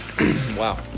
Wow